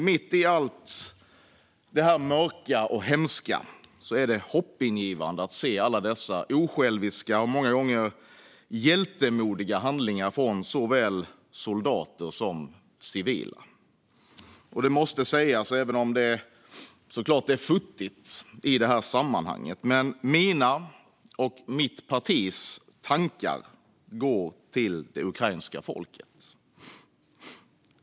Mitt i allt det här mörka och hemska är det hoppingivande att se alla dessa osjälviska och många gånger hjältemodiga handlingar från såväl soldater som civila. Detta måste sägas, även om det såklart är futtigt i det här sammanhanget: Mina och mitt partis tankar går till det ukrainska folket.